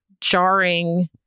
jarring